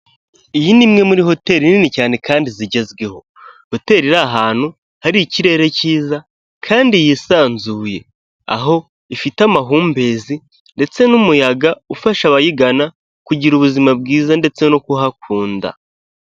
Iyi ni imwe muri hoteri nini cyane kandi zigezweho. Hotel iri ahantu hari ikirere cyiza kandi yisanzuye, aho ifite amahumbezi ndetse n'umuyaga ufasha abayigana kugira ubuzima bwiza ndetse no kuhakunda.